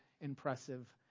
impressive